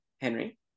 Henry